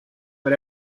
but